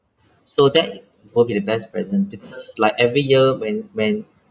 so that will be the best present because like every year when when